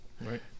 Right